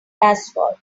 asphalt